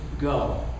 go